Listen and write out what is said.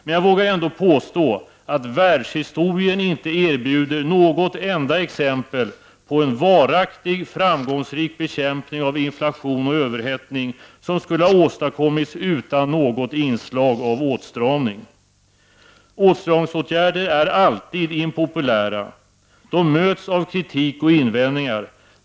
Men jag vågar påstå att världshistorien inte erbjuder något enda exempel på en varaktig framgångsrik bekämpning av inflation och överhettning som skulle ha åstadkommits utan något inslag av åtstramning. Åtstramningsåtgäder är alltid impopulära. De möts av kritik och invändningar.